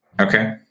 Okay